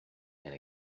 and